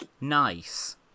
nice